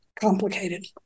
complicated